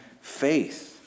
faith